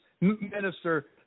minister